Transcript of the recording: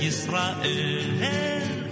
Israel